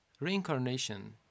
reincarnation